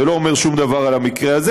זה לא אומר שום דבר על המקרה הזה,